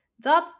Dat